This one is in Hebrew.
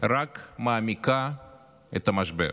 רק מעמיקה את המשבר.